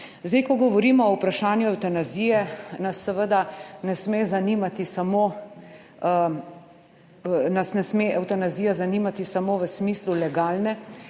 Ko govorimo o vprašanju evtanazije, nas seveda ne sme zanimati samo, nas ne